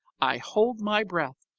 i hold my breath.